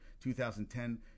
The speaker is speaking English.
2010